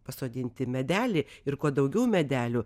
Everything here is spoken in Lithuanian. pasodinti medelį ir kuo daugiau medelių